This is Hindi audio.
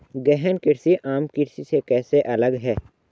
गहन कृषि आम कृषि से कैसे अलग है?